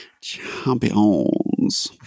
Champions